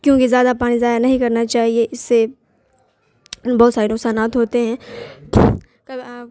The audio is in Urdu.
کیونکہ زیادہ پانی ضائع نہیں کرنا چاہیے اس سے بہت سارے نقصانات ہوتے ہیں کب